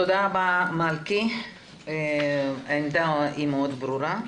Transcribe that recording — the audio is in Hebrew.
תודה רבה, מלכי, העמדה מאוד ברורה.